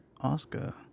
Oscar